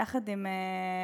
יחד עם "טבע",